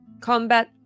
combat